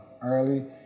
Early